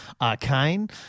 arcane